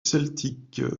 celtique